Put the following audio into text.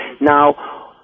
Now